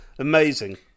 Amazing